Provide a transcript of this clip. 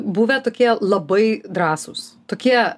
buvę tokie labai drąsūs tokie